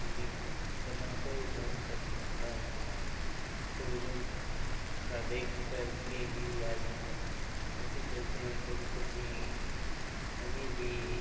चीज़ें करना होता है वो धर्म सब सिखाता है पूर्वजों का देख कर के भी आज हम वैसे चलते हैं कभी कभी मैंने भी